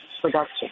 production